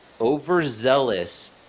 overzealous